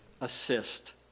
assist